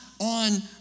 on